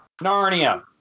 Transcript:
Narnia